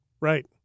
Right